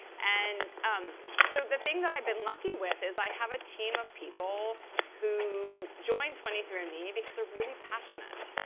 and um so the thing that i've been lucky with is i have a team of people who joined twenty three and andme because they're really passionate.